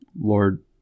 Lord